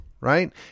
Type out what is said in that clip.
right